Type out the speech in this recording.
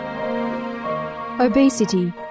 Obesity